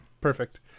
perfect